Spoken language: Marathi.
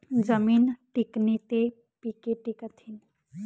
जमीन टिकनी ते पिके टिकथीन